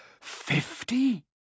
Fifty